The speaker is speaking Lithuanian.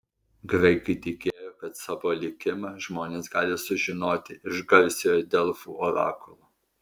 graikai tikėjo kad savo likimą žmonės gali sužinoti iš garsiojo delfų orakulo